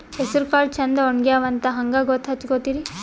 ಹೆಸರಕಾಳು ಛಂದ ಒಣಗ್ಯಾವಂತ ಹಂಗ ಗೂತ್ತ ಹಚಗೊತಿರಿ?